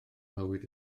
mywyd